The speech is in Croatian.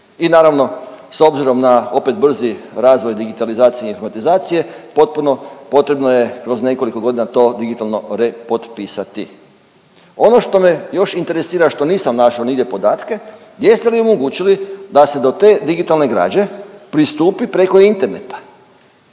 I naravno s obzirom na opet brzi razvoj digitalizacije i informatizacije potpuno potrebno je kroz nekoliko godina to digitalno repotpisati. Ono što me još interesira što nisam našao nigdje podatke jeste li omogućili da se do te digitalne građe pristupi preko interneta.